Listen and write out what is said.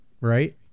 Right